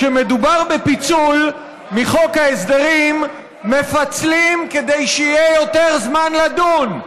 כשמדובר בפיצול מחוק ההסדרים מפצלים כדי שיהיה יותר זמן לדון.